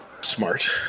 smart